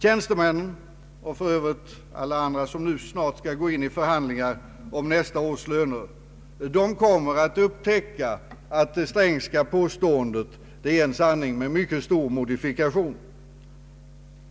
Tjänstemännen, och för övrigt även andra som nu snart skall gå in i förhandlingar om nästa års löner, kommer att upptäcka, att det Strängska påståendet är en sanning med mycket stor modifikation.